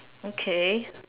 okay